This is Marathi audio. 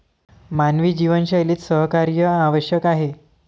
मानवी जीवनशैलीत सहकार्य आवश्यक आहे